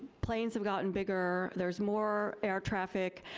planes have gotten bigger, there's more air traffic.